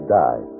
die